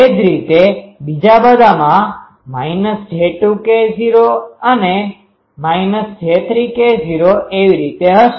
તે જ રીતે બીજા બધામાં -j2K૦ અને -j3K૦ એવી રીતે હશે